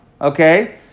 Okay